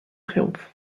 triumph